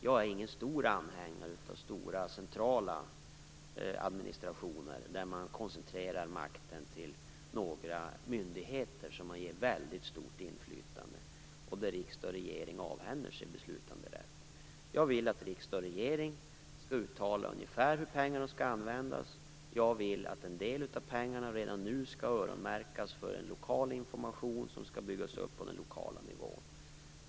Jag är ingen anhängare av stora centrala administrationer, där makten koncentreras till några myndigheter som får väldigt stort inflytande och som riksdag och regering avhänder sig beslutanderätt till. Jag vill att riksdag och regering skall uttala ungefär hur pengarna skall användas. Jag vill att en del av pengarna redan nu skall öronmärkas för en lokal information som skall byggas upp på den lokala nivån.